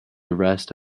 arrest